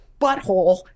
butthole